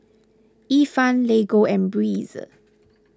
Ifan Lego and Breeze